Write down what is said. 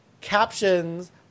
captions